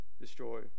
destroy